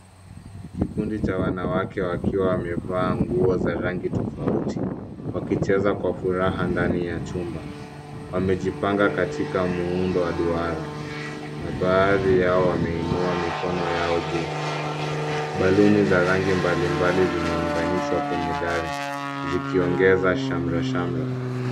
Kikundi cha wanawake wakiwa wamevaa nguo za rangi tofauti wakicheza kwa furaha ndani ya chumba. Wamejipanga katika muundo wa duara na baadhi yao wameinua mikono yao juu. Baluni za rangi mbalimbali zimeunganishwa kwenye dari zikiongeza shamra shamra.